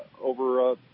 over